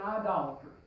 idolatry